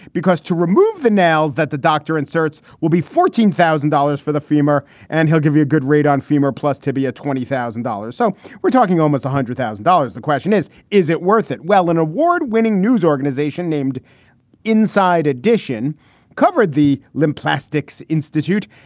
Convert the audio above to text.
because to remove the nails that the doctor inserts will be fourteen thousand dollars for the femur and he'll give you a good rate on femur plus tibia. twenty thousand dollars. so we're talking almost one hundred thousand dollars. the question is, is it worth it? well, an award winning news organization named inside edition covered the limb plastics institute.